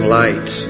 light